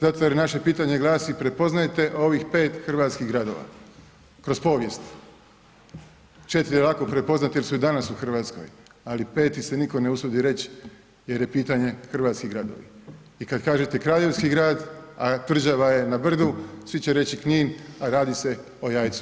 Zato jer naše pitanje glasi, prepoznajte ovih 5 hrvatskih gradova kroz povijest, 4 je lako prepoznati jer su i danas u RH, ali peti se nitko ne usudi reć jer je pitanje hrvatski gradovi i kad kažete kraljevski grad, a tvrđava je brdu, svi će reći Knin, a radi se o Jajcu.